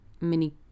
mini